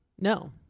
no